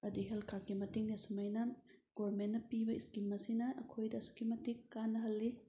ꯍꯥꯏꯗꯤ ꯍꯦꯜꯊ ꯀꯥꯏꯗꯀꯤ ꯃꯇꯦꯡꯅ ꯁꯨꯃꯥꯏꯅ ꯒꯣꯚꯔꯃꯦꯟꯠꯅ ꯄꯤꯕ ꯏꯁꯀꯤꯝ ꯑꯁꯤꯅ ꯑꯩꯈꯣꯏꯗ ꯑꯁꯨꯛꯀꯤ ꯃꯇꯤꯛ ꯀꯥꯅꯍꯜꯂꯤ